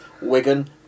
Wigan